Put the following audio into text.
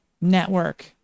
network